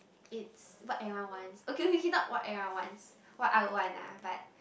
it's what everyone wants okay okay not what everyone wants what I will want ah but